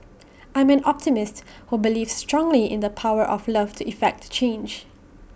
I'm an optimist who believes strongly in the power of love to effect change